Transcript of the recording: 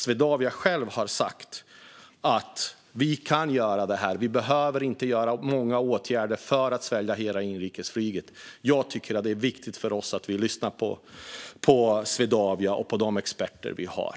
Swedavia själva har sagt: Vi kan göra det här. Vi behöver inte vidta många åtgärder för att svälja hela inrikesflyget. Jag tycker att det är viktigt att vi lyssnar på Swedavia och på de experter vi har.